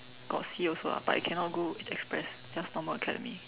got C also lah but you cannot go express just normal academy